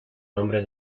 nombre